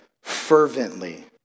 fervently